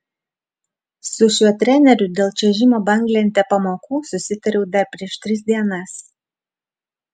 su šiuo treneriu dėl čiuožimo banglente pamokų susitariau dar prieš tris dienas